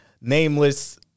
nameless